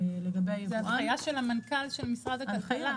זאת הנחייה של מנכ"ל משרד הכלכלה.